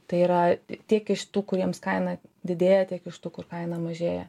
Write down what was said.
tai yra tiek iš tų kuriems kaina didėja tiek iš tų kur kaina mažėja